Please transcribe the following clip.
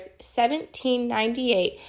1798